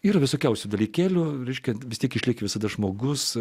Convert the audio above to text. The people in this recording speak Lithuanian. ir visokiausių dalykėlių virškinti vis tiek išliks visada žmogus